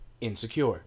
insecure